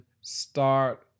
start